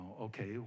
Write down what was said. Okay